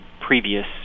previous